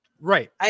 Right